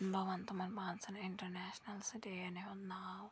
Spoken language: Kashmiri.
بہٕ وَنہٕ تِمَن پانٛژَن اِنٹَرنیشنَل سِٹِیَن ہُنٛد ناو